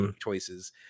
choices